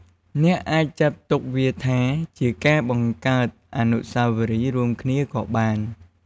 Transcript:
អ្នកអាចចាត់ទុកវាថា ជាការបង្កើតអនុស្សាវរីយ៍រួមគ្នាក៏បាន។